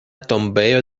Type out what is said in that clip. tombejo